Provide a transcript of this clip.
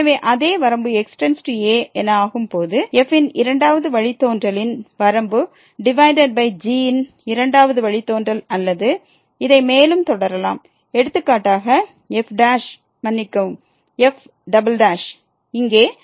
எனவே அதே வரம்பு x→a என ஆகும் போது f ன் இரண்டாவது வழித்தோன்றலின் வரம்பு டிவைடட் பை g ன் இரண்டாவது வழித்தோன்றல் அல்லது இதை மேலும் தொடரலாம் எடுத்துக்காட்டாக f மன்னிக்கவும் f இங்கே